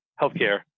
healthcare